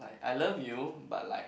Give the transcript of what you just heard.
I love you but like